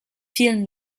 vielen